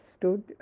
stood